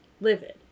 livid